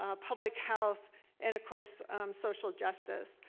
ah public health and of course social justice.